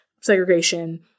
segregation